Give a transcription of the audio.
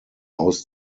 aus